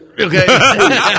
okay